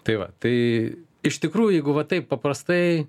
tai va tai iš tikrųjų jeigu va taip paprastai